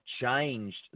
changed